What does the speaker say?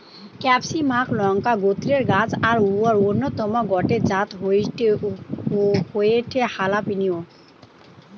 ক্যাপসিমাক লংকা গোত্রের গাছ আর অউর অন্যতম গটে জাত হয়ঠে হালাপিনিও